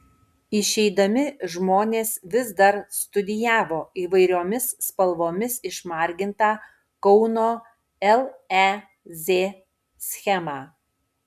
išeidami žmonės vis dar studijavo įvairiomis spalvomis išmargintą kauno lez schemą